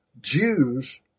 Jews